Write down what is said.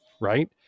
right